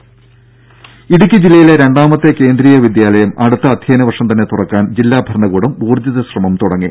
രെട ഇടുക്കി ജില്ലയിലെ രണ്ടാമത്തെ കേന്ദ്രീയവിദ്യാലയം അടുത്ത അധ്യയന വർഷം തന്നെ തുറക്കാൻ ജില്ലാ ഭരണകൂടം ഊർജ്ജിത ശ്രമം തുടങ്ങി